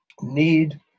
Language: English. need